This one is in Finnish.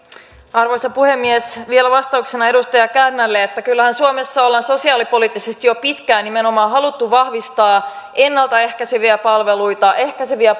arvoisa puhemies vielä vastauksena edustaja kärnälle kyllähän suomessa ollaan sosiaalipoliittisesti jo pitkään nimenomaan haluttu vahvistaa ennalta ehkäiseviä palveluita ehkäiseviä